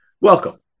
Welcome